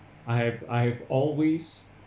I have I have always